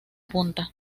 punta